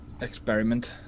experiment